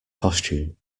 costume